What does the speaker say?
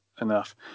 enough